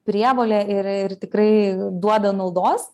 prievolė ir ir tikrai duoda naudos